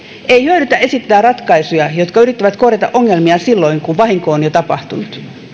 ei hyödytä esittää ratkaisuja jotka yrittävät korjata ongelmia silloin kun vahinko on jo tapahtunut